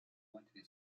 матери